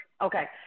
Okay